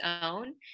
own